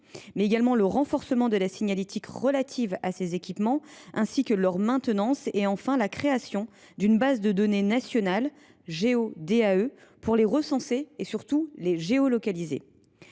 public (ERP), le renforcement de la signalétique relative à ces équipements, leur maintenance et, enfin, la création d’une base de données nationale Géo’DAE pour les recenser et, surtout, les géolocaliser.